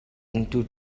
into